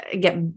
get